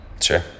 Sure